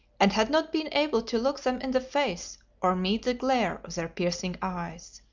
and had not been able to look them in the face or meet the glare of their piercing eyes.